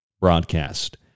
broadcast